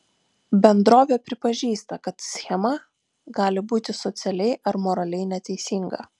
bendrovė pripažįsta kad schema gali būti socialiai ar moraliai neteisinga